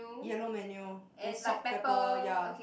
yellow menu then salt pepper ya